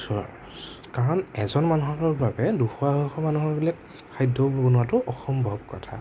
কাৰণ এজন মানুহৰ বাবে দুশ আঢ়ৈশ মানুহৰ বোলে খাদ্য বনোৱাতো অসম্ভৱ কথা